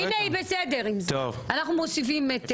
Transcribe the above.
הינה, לימור בסדר עם זה, אנחנו מוסיפים את אלי.